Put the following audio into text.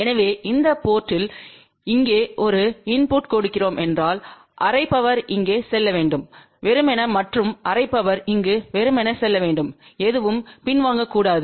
எனவே இந்த போர்ட்த்தில் இங்கே ஒரு இன்புட்டைக் கொடுக்கிறோம் என்றால் அரை பவர் இங்கே செல்ல வேண்டும் வெறுமனே மற்றும் அரை பவர் இங்கு வெறுமனே செல்ல வேண்டும் எதுவும் பின்வாங்கக்கூடாது